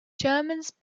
germans